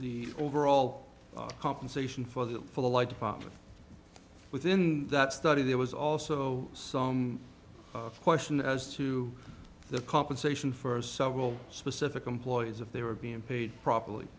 the overall compensation for that for the light department within that study there was also some question as to the compensation for several specific employees if they were being paid properly